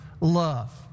love